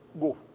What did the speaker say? Go